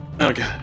Okay